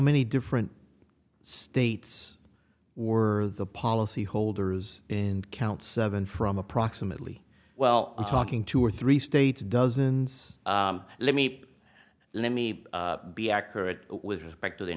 many different states were the policyholders in count seven from approximately well i'm talking two or three states dozens let me let me be accurate with respect to the